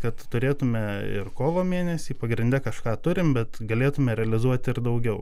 kad turėtume ir kovo mėnesį pagrinde kažką turim bet galėtume realizuoti ir daugiau